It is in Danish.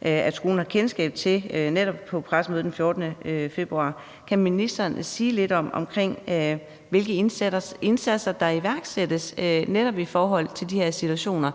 at skolen har kendskab til. Kan ministeren sige lidt om, hvilke indsatser der iværksættes i forhold til de her situationer?